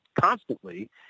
constantly